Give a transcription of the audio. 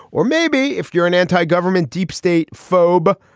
or maybe if you're an anti-government, deep state phobe,